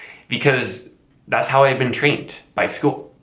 because that how i've been trained by school.